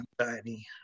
anxiety